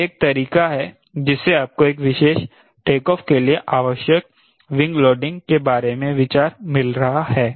यह एक तरीका है जिससे आपको एक विशेष टेक ऑफ के लिए आवश्यक विंग लोडिंग के बारे में विचार मिल रहा है